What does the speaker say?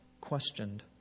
questioned